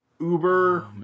Uber